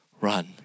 run